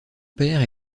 père